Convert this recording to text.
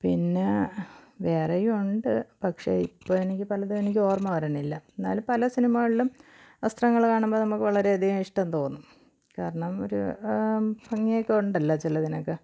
പിന്നെ വേറെയും ഉണ്ട് പക്ഷേ ഇപ്പോള് എനിക്ക് പലതുമെനിക്ക് ഓർമ്മവരുന്നില്ല എന്നാലും പല സിനിമകളിലും വസ്ത്രങ്ങള് കാണുമ്പോള് നമുക്ക് വളരെയധികം ഇഷ്ടം തോന്നും കാരണം ഒരു ഭംഗിയൊക്കെ ഉണ്ടല്ലോ ചിലതിനൊക്കെ